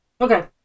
okay